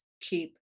keep